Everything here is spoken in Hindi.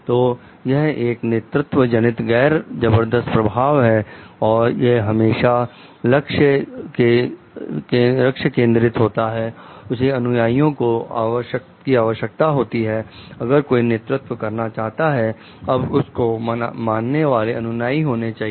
तो यह एक नेतृत्व जनित गैर जबरदस्त प्रभाव है और यह हमेशा लक्ष्य केंद्रित होता है इसे अनुयायियों की आवश्यकता होती है अगर कोई नेतृत्व करना चाहता है अब उस को मानने वाले अनुयाई होने चाहिए